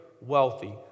wealthy